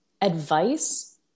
advice